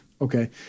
Okay